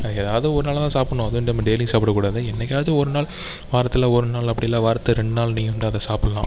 அது ஏதாவது ஒரு நாள்தான் சாப்புடணும் அதுவும் நம்ம டெய்லியும் சாப்பிடக் கூடாது என்னைக்காவது ஒரு நாள் வாரத்தில் ஒரு நாள் அப்படி இல்லை வாரத்தில் ரெண்டு நாள் நீங்கள் வந்து அதை சாப்பிட்லாம்